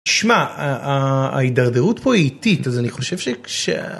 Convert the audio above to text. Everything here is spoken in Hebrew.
שמע, ההידרדרות פה היא איטית, אז אני חושב ש...